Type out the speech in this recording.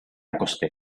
acosté